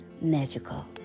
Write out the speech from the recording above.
magical